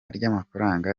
ry’amafaranga